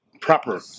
proper